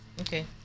Okay